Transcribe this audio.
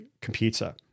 computer